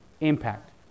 impact